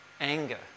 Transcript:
anger